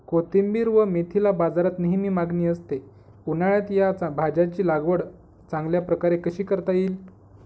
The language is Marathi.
कोथिंबिर व मेथीला बाजारात नेहमी मागणी असते, उन्हाळ्यात या भाज्यांची लागवड चांगल्या प्रकारे कशी करता येईल?